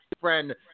friend